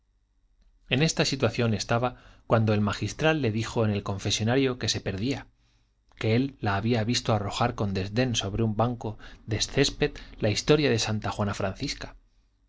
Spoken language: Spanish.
en esta situación estaba cuando el magistral le dijo en el confesonario que se perdía que él la había visto arrojar con desdén sobre un banco de césped la historia de santa juana francisca